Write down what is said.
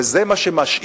וזה מה שמשאיר,